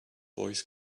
voice